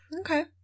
Okay